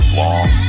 long